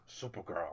supergirl